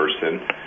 person